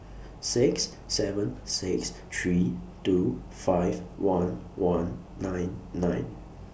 six seven six three two five one one nine nine